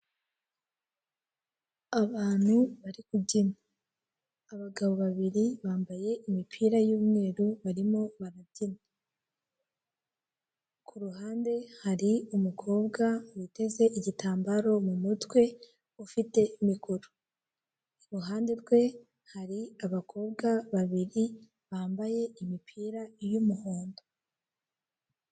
Abantu bari kubyina, abagabo babiri bambaye imipira y'umweru barimo barabyina, ku ruhande hari umukobwa witeze igitambaro mu mutwe ufite mikoro, iruhande rwe hari abakobwa babiri bambaye imipira y'umuhondo.